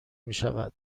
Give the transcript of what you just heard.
میشود